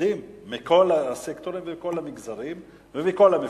עובדים מכל הסקטורים ומכל המגזרים ומכל המפלגות.